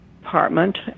department